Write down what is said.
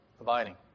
abiding